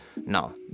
No